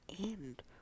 end